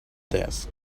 desk